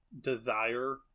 desire